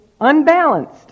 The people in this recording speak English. unbalanced